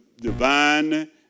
divine